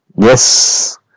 Yes